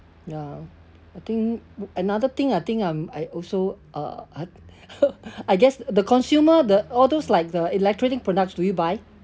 ya I think another thing I think I'm I also uh I guess the consumer the all those like the electronic products do you buy